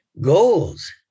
goals